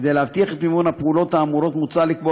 כדי להבטיח את מימון הפעולות האמורות מוצע לקבוע